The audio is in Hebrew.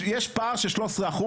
שיש פער של 13%,